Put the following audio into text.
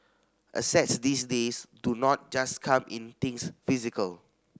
assets these days do not just come in things physical